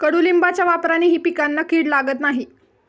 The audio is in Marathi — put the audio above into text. कडुलिंबाच्या वापरानेही पिकांना कीड लागत नाही